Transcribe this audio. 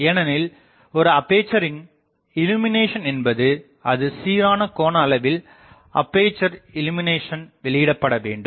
ஏனெனில் ஒரு அப்பேசரின் இல்லுமினேசன் என்பது அது சீரான கோணஅளவில் அப்பேசர் இல்லூமினேசன் வெளியிடபட வேண்டும்